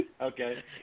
okay